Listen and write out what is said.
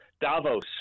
Davos